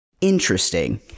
interesting